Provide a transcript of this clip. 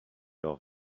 leur